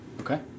Okay